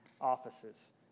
offices